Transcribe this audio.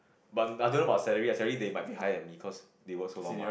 but I don't know about salary lah salary they might be higher than me cause they work so long mah